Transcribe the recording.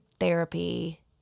therapy